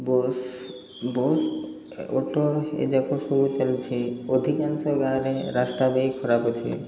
bus bus auto ଏଯାକ ସବୁ ଚାଲିଛି ଅଧିକାଂଶ ଗାଁରେ ରାସ୍ତା ବି ଖରାପ ଅଛି